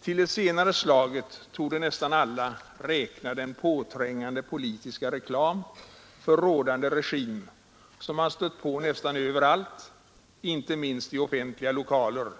Till det senare slaget torde nästan alla räkna den påträngande politiska reklam för rådande regim som man stött på nästan överallt, inte minst i offentliga lokaler,